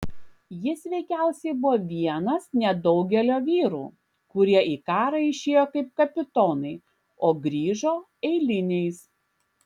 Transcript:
jis veikiausiai buvo vienas nedaugelio vyrų kurie į karą išėjo kaip kapitonai o grįžo eiliniais